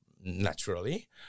naturally